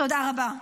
תודה רבה.